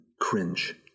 cringe